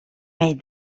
made